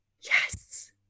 Yes